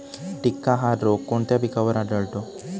टिक्का हा रोग कोणत्या पिकावर आढळतो?